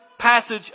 passage